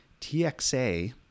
TXA